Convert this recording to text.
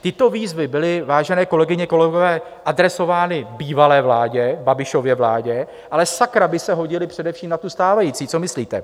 Tyto výzvy byly, vážené kolegyně, kolegové, adresovány bývalé vládě, Babišově vládě, ale sakra by se hodily především na tu stávající, co myslíte?